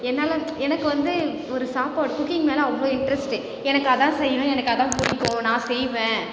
என்னால் எனக்கு வந்து ஒரு சாப்பாடு குக்கிங் மேலே அவ்வளோ இன்ட்ரெஸ்ட்டு எனக்கு அதுதான் செய்யணும் எனக்கு அதுதான் பிடிக்கும் நான் செய்வேன்